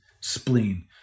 spleen